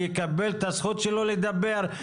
יקבל את הזכות שלו לדבר,